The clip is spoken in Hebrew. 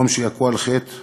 במקום שיכו על חטא